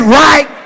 right